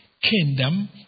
kingdom